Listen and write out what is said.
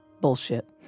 bullshit